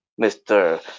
Mr